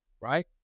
Right